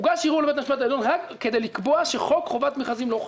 הוגש ערעור לבית המשפט העליון כדי לקבוע שחוק חובת מכרזים לא חל.